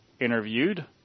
interviewed